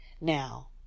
Now